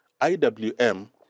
IWM